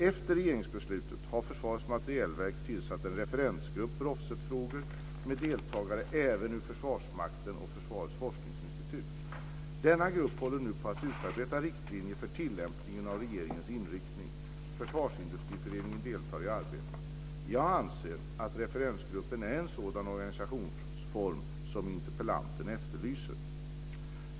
Efter regeringsbeslutet har Försvarets materielverk tillsatt en referensgrupp för offsetfrågor med deltagare även ur Försvarsmakten och Försvarets forskningsinstitut. Denna grupp håller nu på att utarbeta riktlinjer för tillämpningen av regeringens inriktning. Försvarsindustriföreningen deltar i arbetet. Jag anser att referensgruppen är en sådan organisationsform som interpellanten efterlyser.